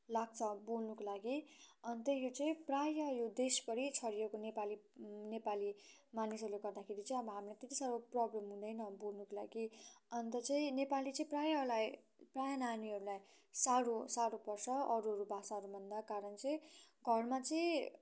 लाग्छ बोल्नुको लागि अन्त यो चाहिँ प्रायः यो देशभरि छरिएको नेपाली नेपाली मानिसहरूले गर्दाखेरि चाहिँ अब हामीलाई त्यत्ति साह्रो प्रब्लम हुँदैन बोल्नुको लागि अन्त चाहिँ नेपाली चाहिँ प्रायःलाई प्रायः नानीहरूलाई साह्रो साह्रो पर्छ अरूहरू भाषाहरूभन्दा कारण चाहिँ घरमा चाहिँ